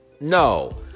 no